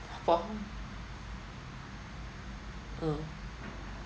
for who uh